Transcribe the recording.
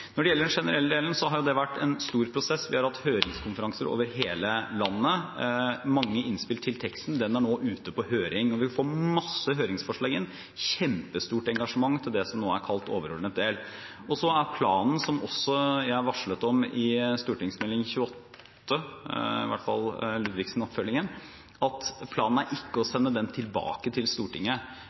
Når det gjelder den generelle delen, har det vært en stor prosess, vi har hatt høringskonferanser over hele landet og fått mange innspill til teksten. Den er nå ute på høring, og vi får inn masse høringsforslag – et kjempestort engasjement – til det som nå er kalt overordnet del. Planen er ikke å sende den tilbake til Stortinget